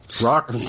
Rock